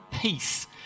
Peace